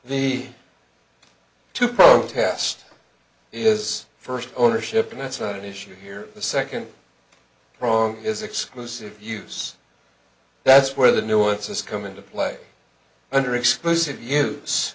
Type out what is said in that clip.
the to protest is first ownership and that's not an issue here the second prong is exclusive use that's where the nuances come into play under exclusive use